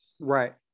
Right